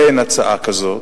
אין הצעה כזאת,